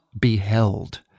beheld